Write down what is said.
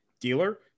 dealer